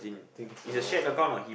I think so